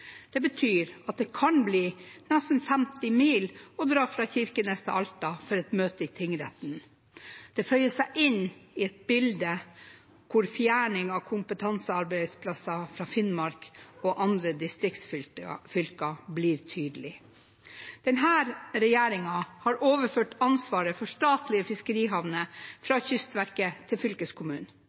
Det betyr at en kan måtte dra nesten 50 mil, fra Kirkenes til Alta, for et møte i tingretten. Det føyer seg inn i et bilde der fjerning av kompetansearbeidsplasser fra Finnmark og andre distriktsfylker blir tydelig. Denne regjeringen har overført ansvaret for statlige fiskerihavner fra Kystverket til